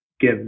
give